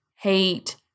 hate